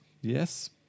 Yes